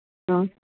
हं